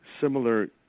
similar